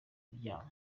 imiryango